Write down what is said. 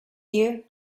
you